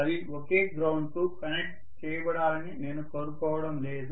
అవి ఒకే గ్రౌండ్ కు కనెక్ట్ చేయబడాలని నేను కోరుకోవడం లేదు